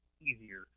easier